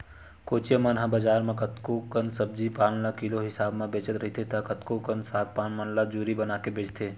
कोचिया मन ह बजार त कतको कन सब्जी पान ल किलो हिसाब म बेचत रहिथे त कतको कन साग पान मन ल जूरी बनाके बेंचथे